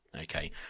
okay